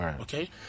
okay